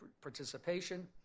participation